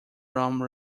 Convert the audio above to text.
rome